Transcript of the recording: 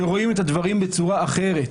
שרואים את הדברים בצורה אחרת.